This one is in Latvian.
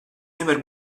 nevar